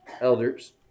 elders